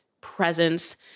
presence